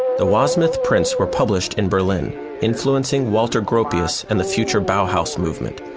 the wasmuth prints were published in berlin influencing walter gropius and the future bauhaus movement,